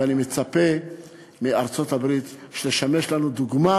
ואני מצפה מארצות-הברית שתשמש לנו דוגמה,